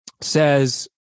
says